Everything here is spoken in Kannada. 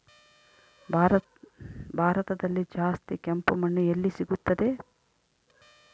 ಭಾರತದಲ್ಲಿ ಜಾಸ್ತಿ ಕೆಂಪು ಮಣ್ಣು ಎಲ್ಲಿ ಸಿಗುತ್ತದೆ?